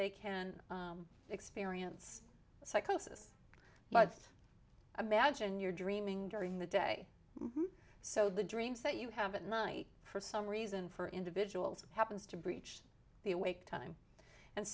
they can experience psychosis but imagine you're dreaming during the day so the dreams that you have at night for some reason for individuals happens to breach the awake time and